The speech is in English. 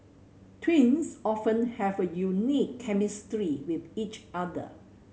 twins often have a unique chemistry with each other